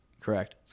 Correct